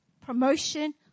promotion